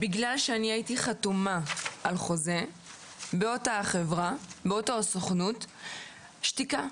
בגלל שהייתי חתומה על חוזה באותה חברה ובאותה סוכנות היה הסכם שתיקה.